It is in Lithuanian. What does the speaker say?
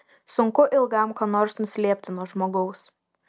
sunku ilgam ką nors nuslėpti nuo žmogaus